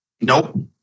Nope